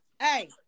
hey